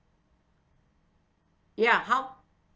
ya how